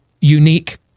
unique